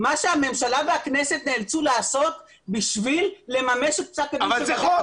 מה שהממשלה והכנסת נאלצו לעשות בשביל לממש את פסק הדין של בג"צ.